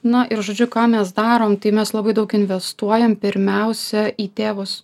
na ir žodžiu ką mes darom tai mes labai daug investuojam pirmiausia į tėvus